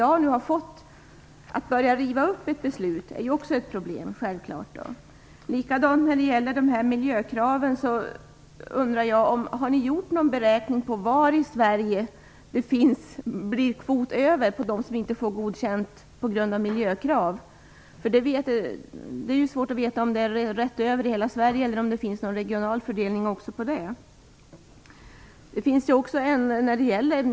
Att riva upp ett beslut innebär självfallet också ett problem. Har ni gjort någon beräkning på var i Sverige det blir kvot över från dem som inte blir godkända på grund av miljökrav? Det är svårt att veta om det fördelas rakt över hela Sverige eller om det finns någon regional fördelning.